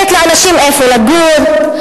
אומרת לאנשים איפה לגור,